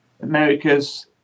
America's